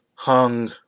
Hung